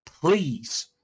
please